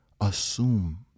assume